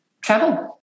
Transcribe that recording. travel